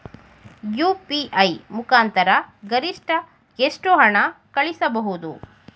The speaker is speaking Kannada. ಯು.ಪಿ.ಐ ಮುಖಾಂತರ ಗರಿಷ್ಠ ಎಷ್ಟು ಹಣ ಕಳಿಸಬಹುದು?